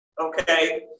Okay